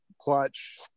clutch